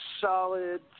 solid